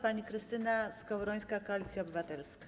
Pani poseł Krystyna Skowrońska, Koalicja Obywatelska.